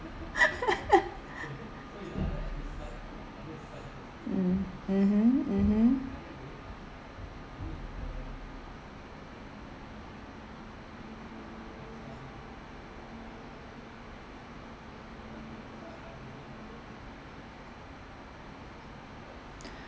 mm mmhmm mmhmm